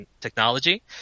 technology